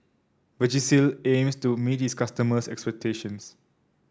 Vagisil aims to meet its customers' expectations